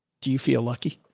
do you feel lucky?